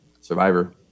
survivor